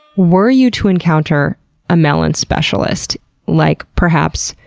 were you to encounter a melon specialist like perhaps,